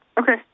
Okay